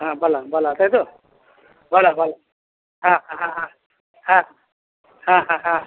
হ্যাঁ বালা বালা তাই তো বালা বালা হ্যাঁ হ্যাঁ হ্যাঁ হ্যাঁ হ্যাঁ হ্যাঁ হ্যাঁ হ্যাঁ